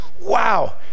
wow